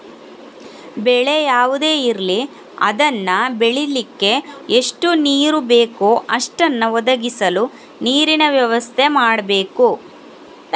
ಬೆಳೆ ಯಾವುದೇ ಇರ್ಲಿ ಅದನ್ನ ಬೆಳೀಲಿಕ್ಕೆ ಎಷ್ಟು ನೀರು ಬೇಕೋ ಅಷ್ಟನ್ನ ಒದಗಿಸಲು ನೀರಿನ ವ್ಯವಸ್ಥೆ ಮಾಡ್ಬೇಕು